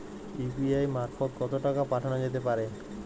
UPI মারফত কত টাকা পাঠানো যেতে পারে?